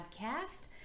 podcast